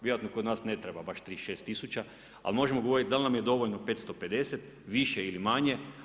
Vjerojatno kod nas ne treba baš 36000, ali možemo govoriti dal nam je dovoljno 550, više ili manje.